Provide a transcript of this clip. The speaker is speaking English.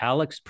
Alex